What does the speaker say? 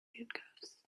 handcuffs